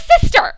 sister